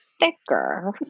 Thicker